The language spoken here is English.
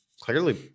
clearly